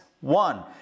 one